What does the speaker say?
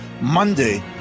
Monday